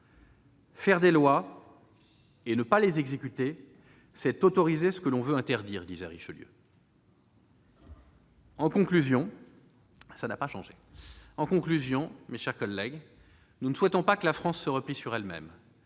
Faire des lois et ne pas les exécuter, c'est autoriser ce que l'on veut interdire », disait Richelieu. Cela n'a pas changé ! En conclusion, nous ne souhaitons pas que la France se replie sur elle-même.